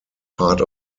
part